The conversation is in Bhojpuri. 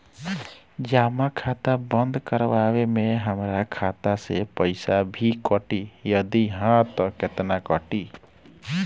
जमा खाता बंद करवावे मे हमरा खाता से पईसा भी कटी यदि हा त केतना कटी?